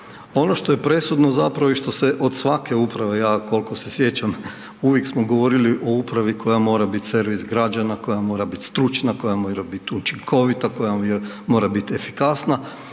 Ono što je presudno zapravo i što se od svake uprave, ja koliko se sjećam, uvijek smo govorili o upravi koja mora bit servis građana, koja mora bit stručna, koja mora bit učinkovita, koja mora biti efikasna